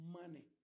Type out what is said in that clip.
money